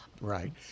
Right